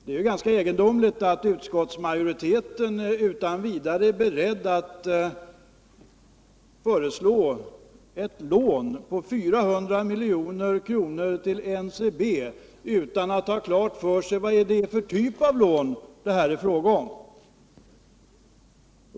Det är ganska egendomligt att utskottsmajoriteten utan vidare är beredd att föreslå ett lån på 400 milj.kr. till NCB utan att ha klart för sig vilken typ av lån det är fråga om.